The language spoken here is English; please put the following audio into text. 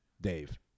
Dave